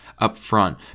upfront